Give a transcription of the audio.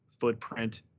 footprint